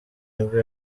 nibwo